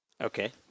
Okay